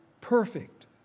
perfect